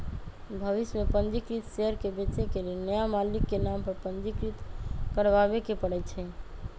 भविष में पंजीकृत शेयर के बेचे के लेल नया मालिक के नाम पर पंजीकृत करबाबेके परै छै